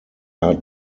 are